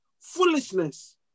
foolishness